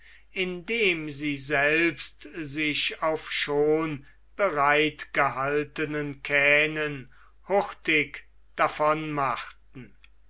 indem sie selbst sich auf schon bereit gehaltenen kähnen hurtig davon machten